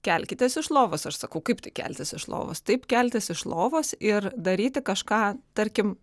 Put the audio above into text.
kelkitės iš lovos aš sakau kaip tai keltis iš lovos taip keltis iš lovos ir daryti kažką tarkim